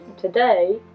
today